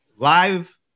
Live